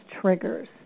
triggers